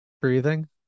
breathing